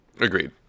agreed